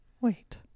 Wait